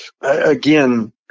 again